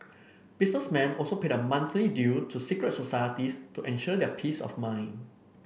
businessmen also paid a monthly due to secret societies to ensure their peace of mind